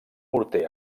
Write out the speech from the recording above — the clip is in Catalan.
morter